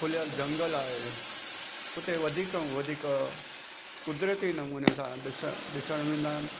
खुलियलु जंगल आहे हुते वधीक में वधीक कुदरती नमूने सां ॾिसण में वेंदा आहिनि